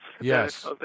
Yes